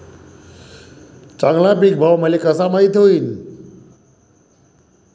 चांगला पीक भाव मले कसा माइत होईन?